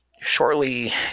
shortly